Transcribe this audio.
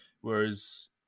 Whereas